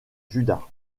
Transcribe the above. juda